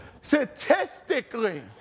Statistically